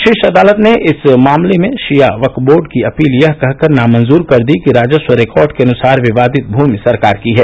शीर्ष अदालत ने इस मामले में शिया वक्फ बोर्ड की अपील यह कहकर नामंजूर कर दी कि राजस्व रिकार्ड के अनुसार विवादित भूमि सरकार की है